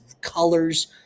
colors